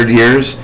years